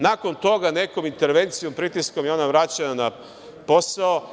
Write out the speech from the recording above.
Nakon toga, nekom intervencijom, pritiskom, ona je vraćena na posao.